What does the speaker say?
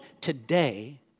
today